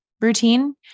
routine